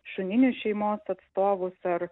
šuninių šeimos atstovus ar